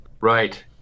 right